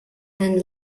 and